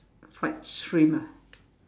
fried shrimp ah